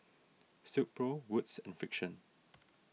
Silkpro Wood's and Frixion